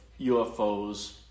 UFOs